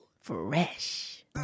Fresh